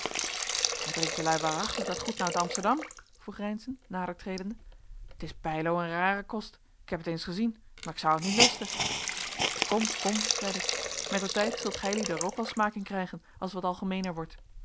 en drink jelui waarachtig dat goed nou te amsterdam vroeg reynszen nader tredende t is bylo een rare kost ik heb t eens gezien maar ik zou t niet lusten kom kom zeide ik mettertijd zult gijlieden er ook wel smaak in krijgen als t wat algemeener wordt